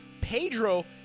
Pedro